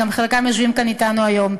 שחלקם יושבים כאן אתנו היום.